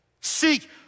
Seek